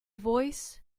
voice